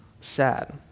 sad